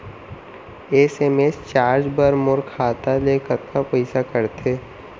SMS charge बर मोर खाता ले कतका पइसा कटथे?